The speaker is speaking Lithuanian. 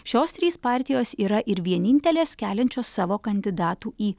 šios trys partijos yra ir vienintelės keliančios savo kandidatų į